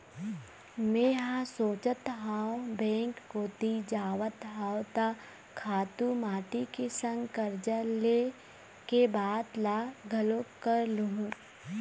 मेंहा सोचत हव बेंक कोती जावत हव त खातू माटी के संग करजा ले के बात ल घलोक कर लुहूँ